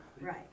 Right